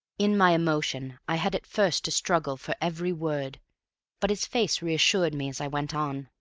in my emotion i had at first to struggle for every word but his face reassured me as i went on,